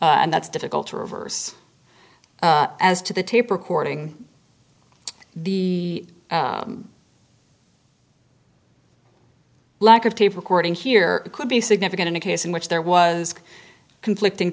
credible and that's difficult to reverse as to the tape recording the lack of tape recording here could be significant in a case in which there was conflicting